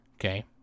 Okay